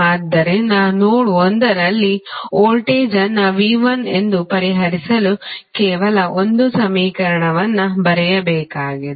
ಆದ್ದರಿಂದ ನೋಡ್ ಒಂದರಲ್ಲಿ ವೋಲ್ಟೇಜ್ ಅನ್ನು V1 ಎಂದು ಪರಿಹರಿಸಲು ಕೇವಲ ಒಂದು ಸಮೀಕರಣವನ್ನು ಬರೆಯಬೇಕಾಗಿದೆ